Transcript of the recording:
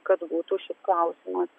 kad būtų šis klausimas